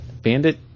Bandit